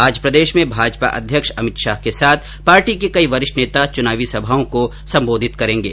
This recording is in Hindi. आज प्रदेश में भाजपा अध्यक्ष अमित शाह के साथ पार्टी के कई वरिष्ठ नेता चुनावी सभाओं को संबोधित करेंगे